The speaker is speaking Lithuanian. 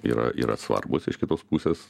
yra yra svarbūs iš kitos pusės nu